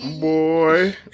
boy